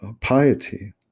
piety